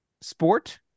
sport